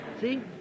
See